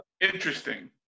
Interesting